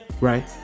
Right